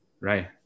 right